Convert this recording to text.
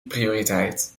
prioriteit